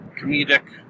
comedic